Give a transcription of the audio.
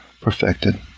perfected